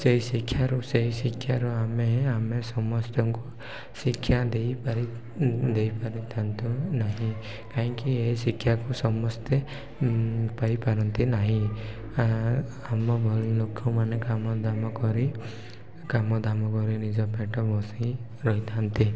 ସେଇ ଶିକ୍ଷାରୁ ସେହି ଶିକ୍ଷାରୁ ଆମେ ଆମେ ସମସ୍ତଙ୍କୁ ଶିକ୍ଷା ଦେଇପାରି ଦେଇପାରିଥାନ୍ତୁ ନାହିଁ କାହିଁକି ଏ ଶିକ୍ଷାକୁ ସମସ୍ତେ ପାଇପାରନ୍ତି ନାହିଁ ଆମ ଭଳି ଲୋକମାନେ କାମ ଦାମ କରି କାମ ଦାମ କରି ନିଜ ପେଟ ବସେଇ ରହିଥାନ୍ତି